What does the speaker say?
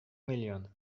миллион